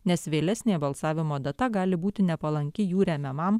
nes vėlesnė balsavimo data gali būti nepalanki jų remiamam